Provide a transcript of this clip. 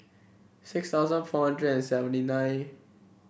six thousand four hundred seventy nine